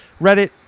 Reddit